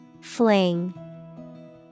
Fling